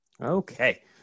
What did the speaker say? Okay